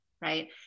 right